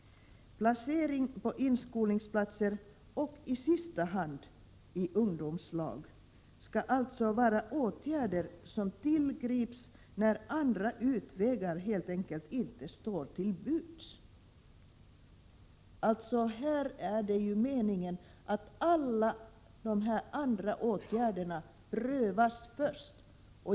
Placering på inskolningsplatser och i sista hand i ungdomslag skall alltså vara åtgärder som tillgrips när andra utvägar helt enkelt inte står till buds.” Det är alltså meningen att alla de andra åtgärderna prövas först.